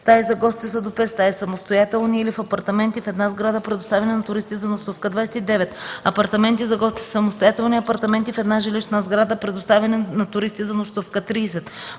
„Стаи за гости” са до 5 стаи – самостоятелни или в апартаменти, в една сграда, предоставяни на туристи за нощувка. 29. „Апартаменти за гости” – са самостоятелни апартаменти в една жилищна сграда, предоставяни на туристи за нощувка. 30.